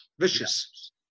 vicious